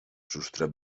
substrat